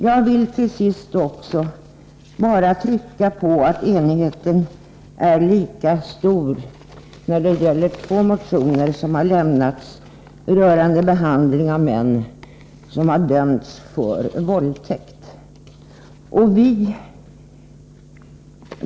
Jag vill till sist trycka på att enigheten är lika stor när det gäller två motioner som har väckts rörande behandling av män som har dömts för våldtäkt.